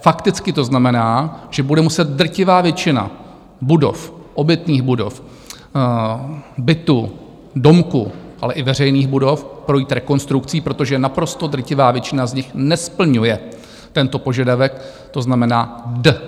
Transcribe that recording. Fakticky to znamená, že bude muset drtivá většina budov, obytných budov, bytů, domků, ale i veřejných budov, projít rekonstrukcí, protože naprosto drtivá většina z nich nesplňuje tento požadavek, to znamená D jakožto déčko.